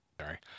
Sorry